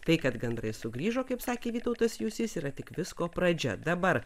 tai kad gandrai sugrįžo kaip sakė vytautas jusys yra tik visko pradžia dabar